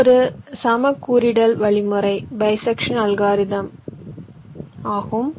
இது ஒரு இரு சமக் கூறிடல் வழிமுறை ஆகும்